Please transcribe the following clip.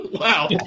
Wow